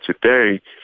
today